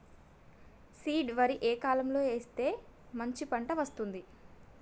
Seed వరి ఏ కాలం లో వేస్తే మంచి పంట వస్తది?